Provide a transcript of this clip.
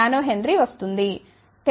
9 nH వస్తుంది